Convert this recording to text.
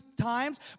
times